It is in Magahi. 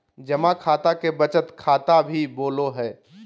जमा खाता के बचत खाता भी बोलो हइ